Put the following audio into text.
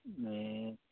ए